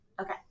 Okay